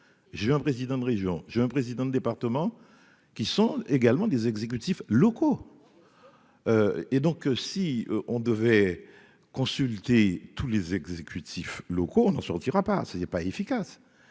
j'ai eu un président de région, j'ai un président de département qui sont également des exécutifs locaux et donc, si on devait consulter tous les exécutifs locaux, on n'en sortira pas c'était pas efficace,